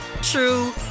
true